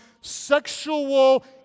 sexual